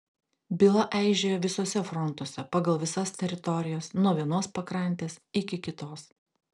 byla eižėjo visuose frontuose pagal visas teorijas nuo vienos pakrantės iki kitos